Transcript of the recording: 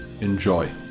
enjoy